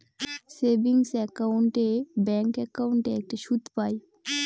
savings account এ bank একাউন্টে একটা সুদ পাই